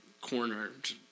cornered